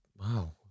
Wow